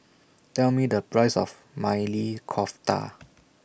Tell Me The Price of Maili Kofta